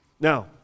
Now